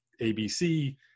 ABC